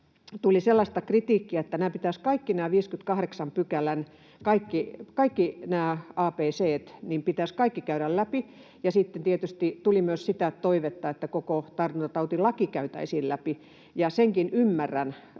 sellaista kritiikkiä, että pitäisi nämä 58 §:n kaikki a:t, b:t ja c:t käydä läpi. Sitten tietysti tuli myös sitä toivetta, että koko tartuntatautilaki käytäisiin läpi, ja senkin ymmärrän: